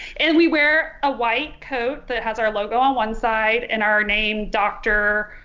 and we wear a white coat that has our logo on one side and our name dr.